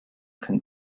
can